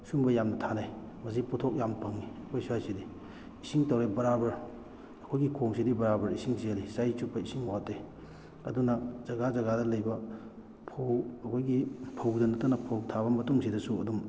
ꯁꯨꯝꯕ ꯌꯥꯝꯅ ꯊꯥꯅꯩ ꯃꯁꯤ ꯄꯣꯊꯣꯛ ꯌꯥꯝ ꯐꯪꯉꯤ ꯑꯩꯈꯣꯏ ꯁ꯭ꯋꯥꯏꯁꯤꯗꯤ ꯏꯁꯤꯡ ꯇꯧꯔꯦ ꯕꯔꯥꯕꯔ ꯑꯩꯈꯣꯏꯒꯤ ꯈꯣꯡꯁꯤꯗꯤ ꯕꯔꯥꯕꯔ ꯏꯁꯤꯡ ꯆꯦꯜꯂꯤ ꯆꯍꯤ ꯆꯨꯞꯄ ꯏꯁꯤꯡ ꯋꯥꯠꯇꯦ ꯑꯗꯨꯅ ꯖꯒꯥ ꯖꯒꯥꯗ ꯂꯩꯕ ꯐꯧ ꯑꯩꯈꯣꯏꯒꯤ ꯐꯧꯗ ꯅꯠꯇꯅ ꯐꯧ ꯊꯥꯕ ꯃꯇꯨꯡꯁꯤꯗꯁꯨ ꯑꯗꯨꯝ